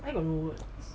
I got no words